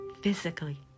physically